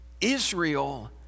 Israel